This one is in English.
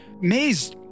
Maze